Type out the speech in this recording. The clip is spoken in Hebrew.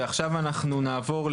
אני שמעתי את כל הדיון.